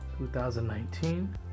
2019